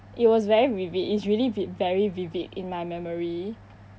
it was very vivid it's really vi~ very vivid in my memory